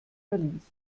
verlies